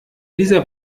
dieser